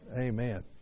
Amen